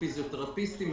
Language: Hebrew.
פיזיותרפיסטים,